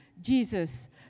Jesus